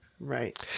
Right